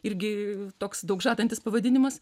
irgi toks daug žadantis pavadinimas